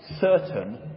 certain